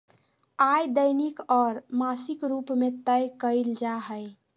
आय दैनिक और मासिक रूप में तय कइल जा हइ